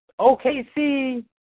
OKC